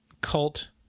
cult